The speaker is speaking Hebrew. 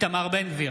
איתמר בן גביר,